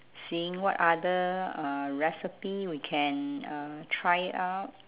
seeing what other uh recipe we can uh try out